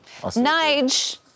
Nige